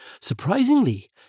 Surprisingly